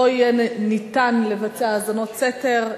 לא יהיה ניתן לבצע האזנות סתר,